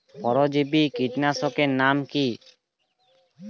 পরজীবী কীটনাশকের নাম কি?